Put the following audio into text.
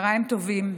צוהריים טובים.